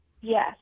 Yes